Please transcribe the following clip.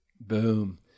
Boom